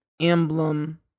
emblem